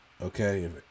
Okay